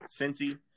Cincy